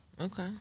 Okay